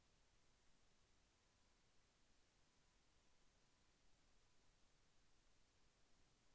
నీటి బిల్లు ఎలా చెల్లింపు చేయాలి?